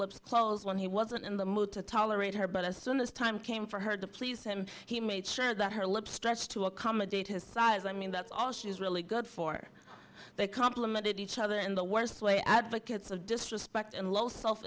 lips close when he wasn't in the mood to tolerate her but as soon as time came for her to please him he made sure that her lips stretched to accommodate his size i mean that's all she was really good for they complemented each other in the worst way advocates of disrespect and low self